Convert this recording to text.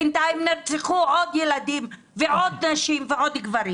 בינתיים נרצחו עוד ילדים, ועוד נשים ועוד גברים.